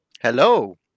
Hello